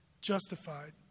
Justified